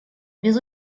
без